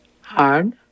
Hard